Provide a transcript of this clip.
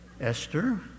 Esther